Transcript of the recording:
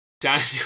Daniel